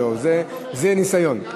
זה ניסיון.